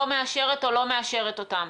לא מאשרת או לא מאשרת אותן.